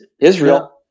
Israel